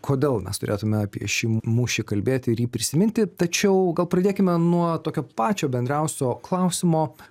kodėl mes turėtume apie šį mūšį kalbėti ir jį prisiminti tačiau gal pradėkime nuo tokio pačio bendriausio klausimo